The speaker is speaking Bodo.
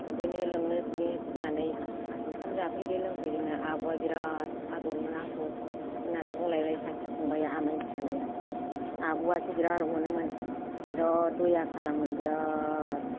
दुगैनो लोबनो दुगैनो थिननानै ओंखाम जाफैदो लोंफैदो होनना आब'आ बिराद आदरमोन आंखौ होननानै बुंलायबाय सासे फंबाया आमायनि फिसालाया आब'आसो बिराद अनोमोन बिराद द'या खालामोमोन बिराद